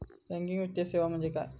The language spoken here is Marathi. बँकिंग वित्तीय सेवा म्हणजे काय?